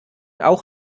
auch